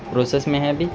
process میں ہے ابھی